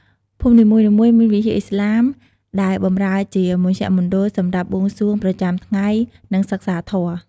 ភូមិនីមួយៗមាន វិហារឥស្លាម ដែលបម្រើជាមជ្ឈមណ្ឌលសម្រាប់បួងសួងប្រចាំថ្ងៃ និងសិក្សាធម៌។